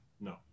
No